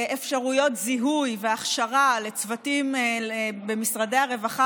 אפשרויות זיהוי והכשרה לצוותים במשרדי הרווחה